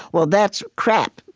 well, that's crap,